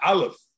Aleph